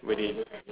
where they